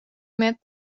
met